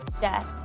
death